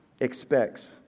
expects